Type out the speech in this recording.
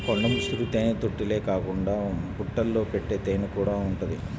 కొండ ముసురు తేనెతుట్టెలే కాకుండా పుట్టల్లో పెట్టే తేనెకూడా ఉంటది